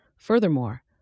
Furthermore